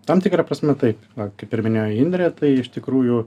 tam tikra prasme taip a kaip ir minėjo indrė tai iš tikrųjų